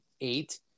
Eight